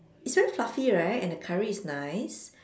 it's very fluffy right and the curry is nice